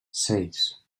seis